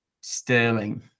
sterling